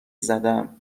زدم